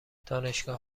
دانشگاه